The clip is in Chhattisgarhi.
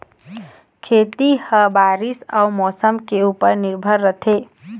खेती ह बारीस अऊ मौसम के ऊपर निर्भर रथे